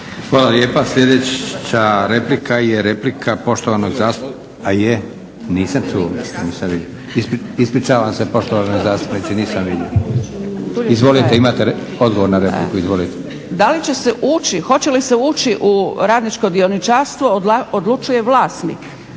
Hvala lijepa. Sljedeća replika je replika poštovanog zastupnika … /Upadica se ne razumije./… A je? Nisam čuo. Ispričavam se poštovanoj zastupnici, nisam vidio. Izvolite, imate odgovor na repliku. **Zgrebec, Dragica (SDP)** Da li će se ući, hoće li se ući u radničko dioničarstvo odlučuje vlasnik.